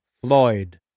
Floyd